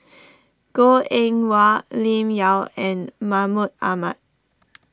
Goh Eng Wah Lim Yau and Mahmud Ahmad